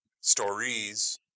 stories